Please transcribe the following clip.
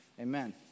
Amen